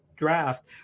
Draft